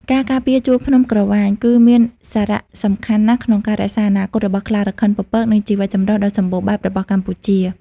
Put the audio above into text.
ការការពារជួរភ្នំក្រវាញ គឺមានសារៈសំខាន់ណាស់ក្នុងការរក្សាអនាគតរបស់ខ្លារខិនពពក និងជីវៈចម្រុះដ៏សម្បូរបែបរបស់កម្ពុជា។